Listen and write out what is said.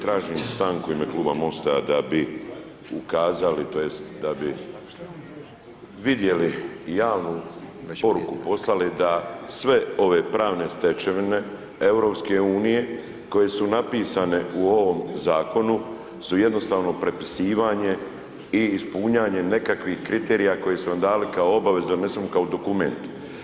Tražim stanku u ime kluba MOST-a da bi ukazali tj. da bi vidjeli i javnu poruku poslali da sve ove pravne stečevine EU-a koje su napisane u ovom zakonu su jednostavno prepisivanje i ispunjavanje nekakvih kriterija koje su nam dali kao obavezu da unesemo kao dokument.